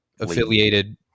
affiliated